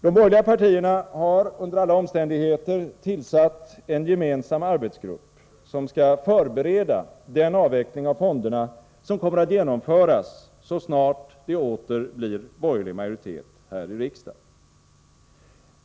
De borgerliga partierna har under alla omständigheter tillsatt en gemensam arbetsgrupp, som skall förbereda den avveckling av fonderna som kommer att genomföras så snart det åter blir borgerlig majoritet här i riksdagen.